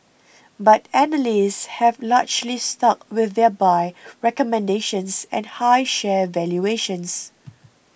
but analysts have largely stuck with their buy recommendations and high share valuations